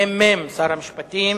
מ"מ שר המשפטים.